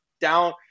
down